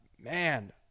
man